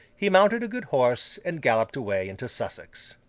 he mounted a good horse and galloped away into sussex.